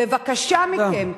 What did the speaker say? בבקשה מכם,